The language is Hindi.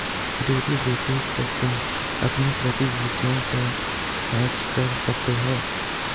डेरिवेटिव से तुम अपनी प्रतिभूतियों को हेज कर सकते हो